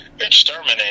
exterminate